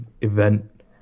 event